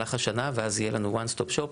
במהלך השנה ואז יהיה לנו וואן סטופ שופ,